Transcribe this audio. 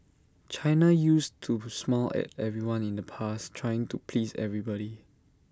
China used to smile at everyone in the past trying to please everybody